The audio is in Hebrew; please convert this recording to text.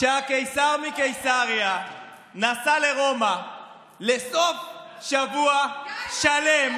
שבו הקיסר מקיסריה נסע לרומא לסוף שבוע שלם